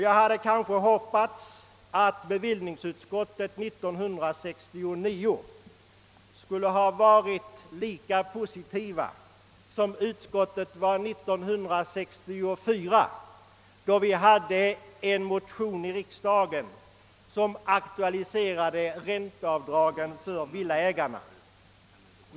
Jag hade hoppats att bevillningsutskottet 1969 kanske skulle ha kunnat vara lika positivt som utskottet var 1964, när det väcktes en motion i riksdagen, vari ränteavdragen för villaägarna aktualiserades.